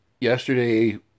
yesterday